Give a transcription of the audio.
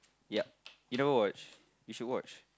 yeah you never watch you should watch